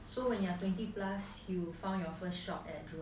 so when you're twenty plus you found your first job at jurong